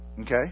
Okay